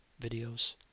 Videos